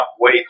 wait